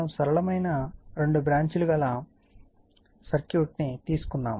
మనం సరళమైన రెండు బ్రాంచ్ లు గల సర్క్యూట్ తీసుకున్నాము